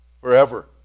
forever